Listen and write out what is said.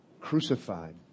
crucified